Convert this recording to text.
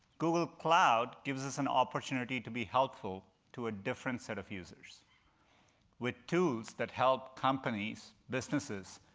google cloud gives us an opportunity to be helpful to a different set of users with tools that help companies, businesses,